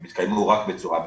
הן יתקיימו רק בצורה מקוונת.